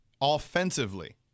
Offensively